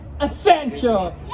essential